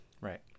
Right